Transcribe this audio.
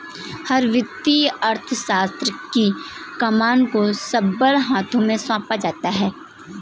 हर वित्तीय अर्थशास्त्र की कमान को सबल हाथों में सौंपा जाता है